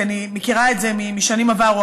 כי אני מכירה את זה משנים עברו,